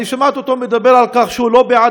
אני שמעתי אותו מדבר על כך שהוא לא בעד